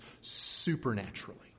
supernaturally